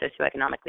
socioeconomically